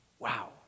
Wow